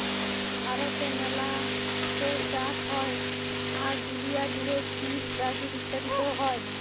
ভারতে মেলা ট চাষ হ্যয়, আর দুলিয়া জুড়ে চীল, ব্রাজিল ইত্যাদিতে হ্য়য়